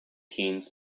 teens